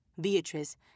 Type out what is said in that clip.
Beatrice